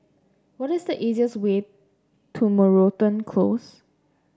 what is the easiest way to Moreton Close